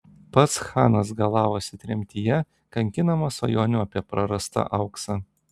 pats chanas galavosi tremtyje kankinamas svajonių apie prarastą auksą